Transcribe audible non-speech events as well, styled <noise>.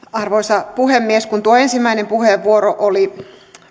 <unintelligible> arvoisa puhemies kun tuo ensimmäinen puheenvuoro oli